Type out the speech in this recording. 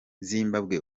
zimbabwe